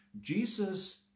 jesus